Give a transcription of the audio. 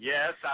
Yes